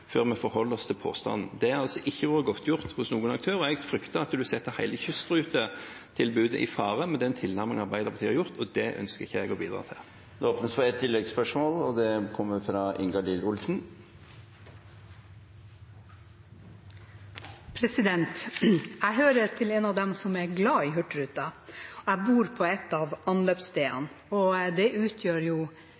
før vi forholder oss til påstanden. Det har ikke vært godtgjort hos noen aktører. Jeg frykter at en setter hele kystrutetilbudet i fare med den tilnærmingen Arbeiderpartiet har gjort, og det ønsker ikke jeg å bidra til. Det åpnes for ett oppfølgingsspørsmål – fra Ingalill Olsen. Jeg hører til dem som er glad i Hurtigruten. Jeg bor på et av anløpsstedene,